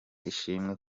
ishimwe